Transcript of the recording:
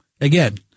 Again